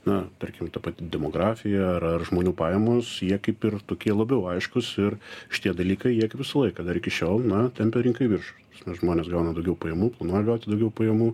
na tarkim ta pati demografija ar ar žmonių pajamos jie kaip ir tokie labiau aiškūs ir šitie dalykai jie kaip visą laiką dar iki šiol na tempia rinką į viršų nes žmonės gauna daugiau pajamų planuoja gauti daugiau pajamų